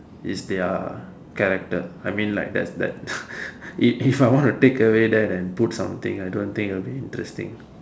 is their character I mean like that's that's if if I want to take away that and put something I don't think it would be interesting